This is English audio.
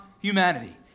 humanity